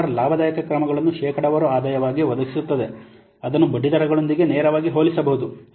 R ಲಾಭದಾಯಕ ಕ್ರಮಗಳನ್ನು ಶೇಕಡಾವಾರು ಆದಾಯವಾಗಿ ಒದಗಿಸುತ್ತದೆ ಅದನ್ನು ಬಡ್ಡಿದರಗಳೊಂದಿಗೆ ನೇರವಾಗಿ ಹೋಲಿಸಬಹುದು